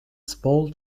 small